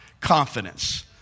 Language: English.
confidence